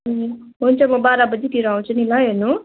हुन्छ म बाह्र बजीतिर आउँछु नि ल हेर्नु